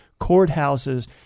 courthouses